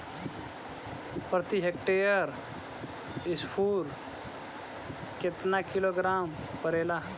प्रति हेक्टेयर स्फूर केतना किलोग्राम परेला?